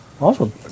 Awesome